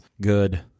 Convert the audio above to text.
good